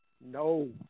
No